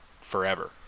forever